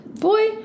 Boy